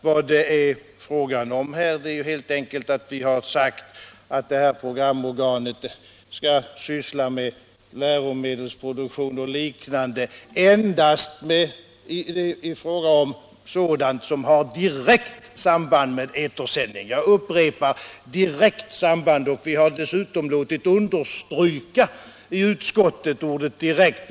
Vad det är fråga om här är helt = det enkelt att vi har sagt att detta programorgan skall syssla med lärome delsproduktion och liknande endast när det gäller sådant som har direkt samband med etersändningar. Jag upprepar direkt samband. I utskottets betänkande har vi t.o.m. låtit kursivera ordet direkt.